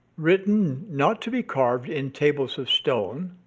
written not to be carved in tables of stone,